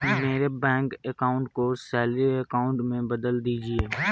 मेरे bank account को salary account में बदल दीजिए